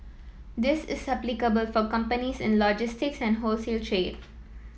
this is applicable for companies in logistics and wholesale trade